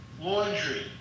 Laundry